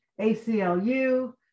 ACLU